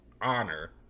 Honor